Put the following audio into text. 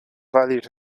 valued